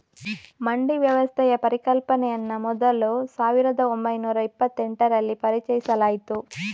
ಮಂಡಿ ವ್ಯವಸ್ಥೆಯ ಪರಿಕಲ್ಪನೆಯನ್ನ ಮೊದಲು ಸಾವಿರದ ಒಂಬೈನೂರ ಇಪ್ಪತೆಂಟರಲ್ಲಿ ಪರಿಚಯಿಸಲಾಯ್ತು